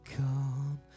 come